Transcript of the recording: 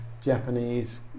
Japanese